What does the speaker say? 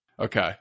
Okay